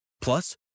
plus